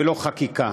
ולא חקיקה.